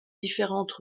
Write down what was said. différentes